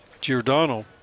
Giordano